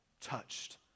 touched